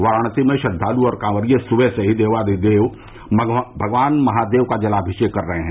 वाराणसी में श्रद्वाल् और कॉवरिये सुबह से ही देवाधिदेव भगवान महादेव का जलाभिषेक कर रहे हैं